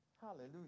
Hallelujah